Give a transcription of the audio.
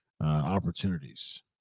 opportunities